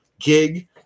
gig